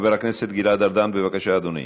אם כן, החלטת ועדת החוקה על אודות הפיצול התקבלה.